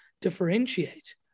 differentiate